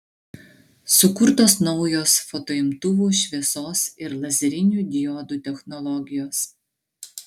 sukurtos naujos fotoimtuvų šviesos ir lazerinių diodų technologijos